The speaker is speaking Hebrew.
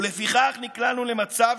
ולפיכך נקלענו למצב